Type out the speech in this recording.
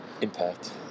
impact